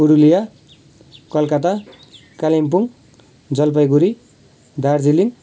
Purulia Calcutta Kalimpong Jalpaiguri Darjeeling